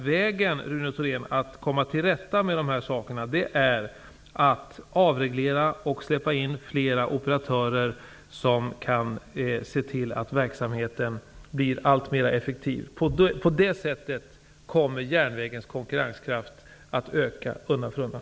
Vägen att komma till rätta med de här sakerna är att avreglera och släppa in flera operatörer som kan se till att verksamheten blir alltmer effektiv. På det sättet kommer järnvägens konkurrenskraft att öka undan för undan.